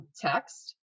text